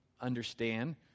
understand